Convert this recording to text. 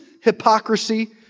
hypocrisy